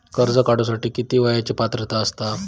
कर्ज काढूसाठी किती वयाची पात्रता असता?